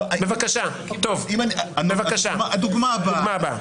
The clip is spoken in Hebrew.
בבקשה, הדוגמה הבאה.